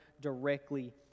directly